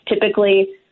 typically